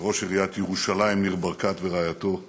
וראש עיריית ירושלים ניר ברקת ורעייתו בברלי,